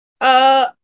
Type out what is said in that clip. Uh-